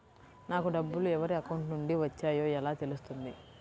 నాకు డబ్బులు ఎవరి అకౌంట్ నుండి వచ్చాయో ఎలా తెలుస్తుంది?